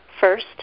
first